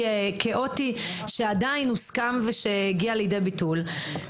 כאוטי שעדיין הוסכם והגיע לידי ביטול.